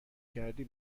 کردی